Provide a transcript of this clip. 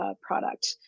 product